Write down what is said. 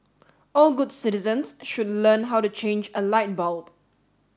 all good citizens should learn how to change a light bulb